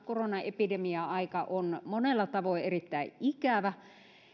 koronaepidemia aika on monella tavoin erittäin ikävä